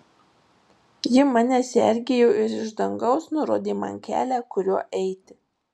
ji mane sergėjo ir iš dangaus nurodė man kelią kuriuo eiti